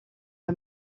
are